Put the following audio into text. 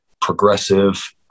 progressive